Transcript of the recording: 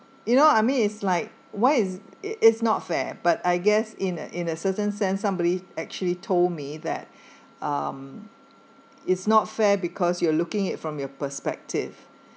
you know I mean is like why is it is not fair but I guess in a in a certain sense somebody actually told me that um it's not fair because you are looking it from your perspective